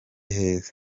heza